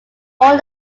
all